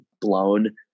blown